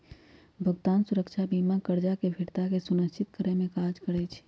भुगतान सुरक्षा बीमा करजा के फ़िरता के सुनिश्चित करेमे काज करइ छइ